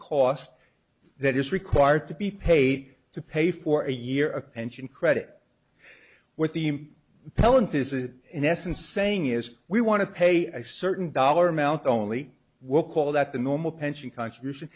cost that is required to be paid to pay for a year of pension credit with eem pellant this is in essence saying is we want to pay a certain dollar amount only we'll call that the normal pension contribution